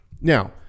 Now